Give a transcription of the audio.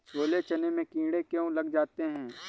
छोले चने में कीड़े क्यो लग जाते हैं?